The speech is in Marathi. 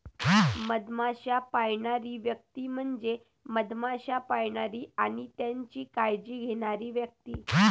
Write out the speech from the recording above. मधमाश्या पाळणारी व्यक्ती म्हणजे मधमाश्या पाळणारी आणि त्यांची काळजी घेणारी व्यक्ती